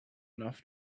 enough